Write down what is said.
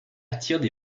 attirent